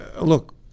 Look